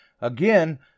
again